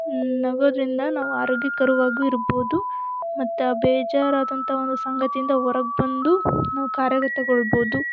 ನಗೋದರಿಂದ ನಾವು ಆರೋಗ್ಯಕರವಾಗೂ ಇರ್ಬೋದು ಮತ್ತು ಆ ಬೇಜಾರಾದಂಥ ಒಂದು ಸಂಗತಿಯಿಂದ ಹೊರಗ್ ಬಂದು ನಾವು ಕಾರ್ಯಗತಗೊಳ್ಬೊದು